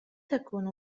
تكون